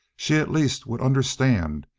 she, at least, would understand,